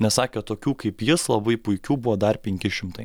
nes sakė tokių kaip jis labai puikių buvo dar penki šimtai